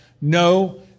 no